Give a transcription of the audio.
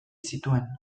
zituen